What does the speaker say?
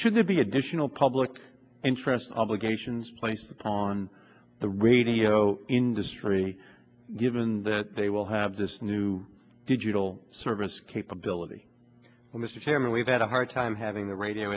should there be additional public interest obligations placed on the radio industry given that they will have this new digital service capability and mr chairman we've had a hard time having the radio